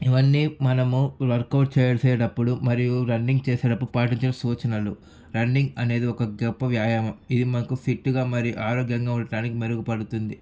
ఇవన్నీ మనము వర్కౌట్ చేసేటప్పుడు మరియు రన్నింగ్ చేసేటప్పుడు పాటించిన సూచనలు రన్నింగ్ అనేది ఒక గొప్ప వ్యాయామం ఇది మనకు ఫిట్టుగా మరియు ఆరోగ్యంగా ఉండడానికి మెరుగుపడుతుంది